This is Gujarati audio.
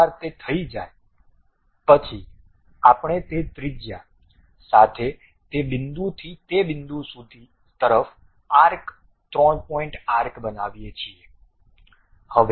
એકવાર તે થઈ જાય પછી આપણે તે ત્રિજ્યા સાથે તે બિંદુથી તે બિંદુ તરફ આર્ક 3 પોઇન્ટ આર્ક બનાવીએ છીએ